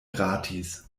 gratis